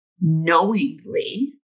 knowingly